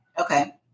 Okay